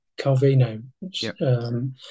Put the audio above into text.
Calvino